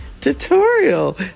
tutorial